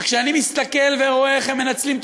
וכשאני מסתכל ורואה איך הם מנצלים את